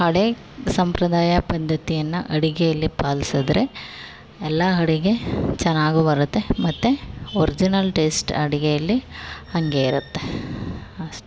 ಹಳೇ ಸಂಪ್ರದಾಯ ಪದ್ದತಿಯನ್ನು ಅಡುಗೆಯಲ್ಲಿ ಪಾಲ್ಸಿದ್ರೆ ಎಲ್ಲ ಅಡುಗೆ ಚೆನ್ನಾಗು ಬರುತ್ತೆ ಮತ್ತು ಒರ್ಜಿನಲ್ ಟೇಸ್ಟ್ ಅಡುಗೆಯಲ್ಲಿ ಹಾಗೇ ಇರುತ್ತೆ ಅಷ್ಟೆ